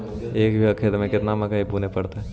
एक बिघा खेत में केतना मकई बुने पड़तै?